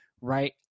right